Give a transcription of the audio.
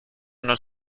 nos